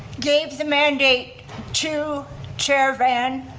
gave the mandate to chair-a-van